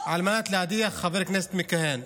על מנת להדיח חבר כנסת מכהן.